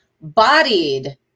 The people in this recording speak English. Bodied